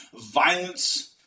violence